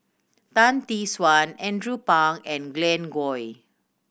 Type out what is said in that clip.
Tan Tee Suan Andrew Phang and Glen Goei